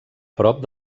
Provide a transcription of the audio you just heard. prop